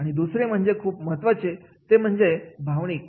दुसरे खूप महत्त्वाचे आहे आणि ते म्हणजे भावनिक